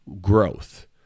growth